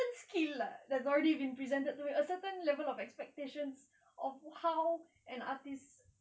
it's a certain skill lah that's already been presented to me a certain level of expectations of how an artist